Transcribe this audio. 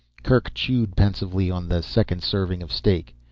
kerk chewed pensively on the second serving of steak.